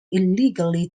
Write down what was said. illegally